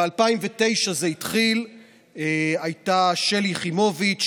ב-2009 זה התחיל עם שלי יחימוביץ',